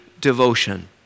devotion